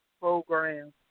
program